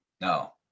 No